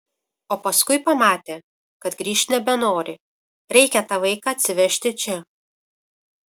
o paskui pamatė kad grįžt nebenori reikia tą vaiką atsivežti čia